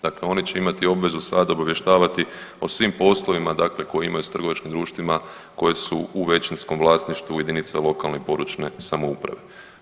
Dakle, oni će imati obvezu sada obavještavati o svim poslovima dakle koje imaju sa trgovačkim društvima koje su u većinskom vlasništvu jedinica lokalne i područne samouprave.